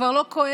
כבר לא כועסת,